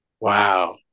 Wow